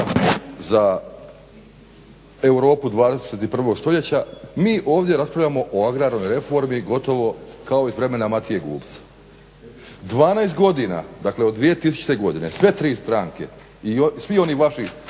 za Europu 21.stoljeća mi ovdje raspravljamo o agrarnoj reformi gotovo kao iz vremena Matije Gubca. 12 godina dakle od 2000.godine sve tri stranke i svi oni vaši